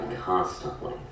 constantly